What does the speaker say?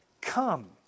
come